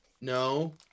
No